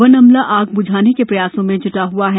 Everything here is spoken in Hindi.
वन अमला आग ब्झाने के प्रयासों में जुटा हआ है